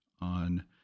on